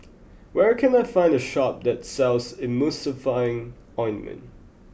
where can I find a shop that sells Emulsying Ointment